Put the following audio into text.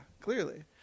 clearly